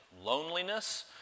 loneliness